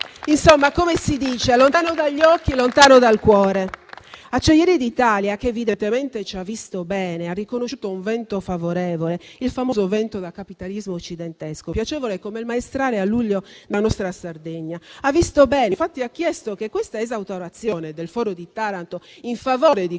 Insomma, come si dice: lontano dagli occhi, lontano dal cuore. Acciaierie d'Italia, che evidentemente ci ha visto bene, ha riconosciuto un vento favorevole, il famoso vento da capitalismo occidentesco, piacevole come il maestrale a luglio nella nostra Sardegna. Ha visto bene. Infatti, ha chiesto che l'esautorazione del foro di Taranto in favore di